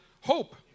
hope